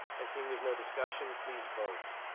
as seeing there's no discussion, please vote.